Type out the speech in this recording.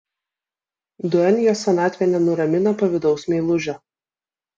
duenjos senatvė nenuramina pavydaus meilužio